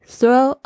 Throw